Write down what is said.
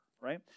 Right